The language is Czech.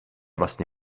vlastně